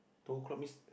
two o-clock means